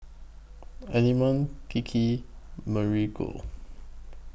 Element Kiki Marigold